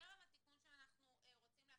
טרם התיקון של הבט"פ שברצוננו להכניס,